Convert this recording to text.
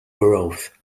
borough